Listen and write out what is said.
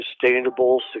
sustainable